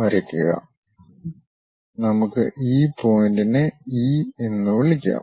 വരയ്ക്കുക നമുക്ക് ഈ പോയിന്റിനെ ഇ എന്ന് വിളിക്കാം